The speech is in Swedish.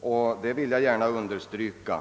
och det vill jag gärna understryka.